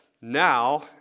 now